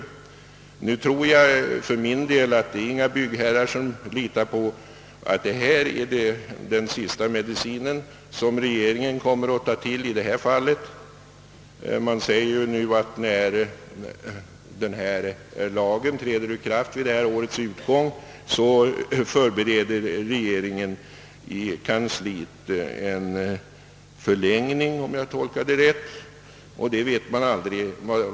Jag tror för min del inte att byggherrarna litar på att detta är den sista medicin regeringen kommer att skriva ut i detta fall. Man säger ju att regeringen nu förbereder en förlängning av förordningen då den träder ur kraft vid årets utgång.